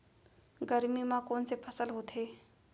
गरमी मा कोन से फसल होथे?